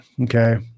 Okay